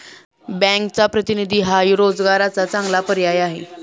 बँकचा प्रतिनिधी हा रोजगाराचा चांगला पर्याय आहे